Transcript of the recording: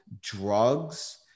drugs